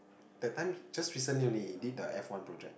that time just recently only did the F-one project